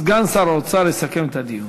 סגן שר האוצר יסכם את הדיון.